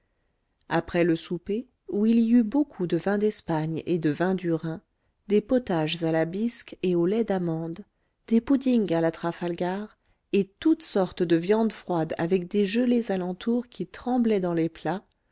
après le souper où il y eut beaucoup de vins d'espagne et de vins du rhin des potages à la bisque et au lait d'amandes des puddings à la trafalgar et toutes sortes de viandes froides avec des gelées alentour qui tremblaient dans les plats